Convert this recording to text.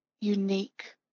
unique